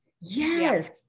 Yes